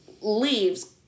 leaves